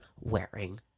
wearing